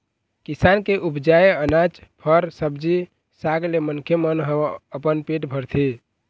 किसान के उपजाए अनाज, फर, सब्जी साग ले मनखे मन ह अपन पेट भरथे